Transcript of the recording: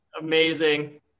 Amazing